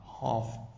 half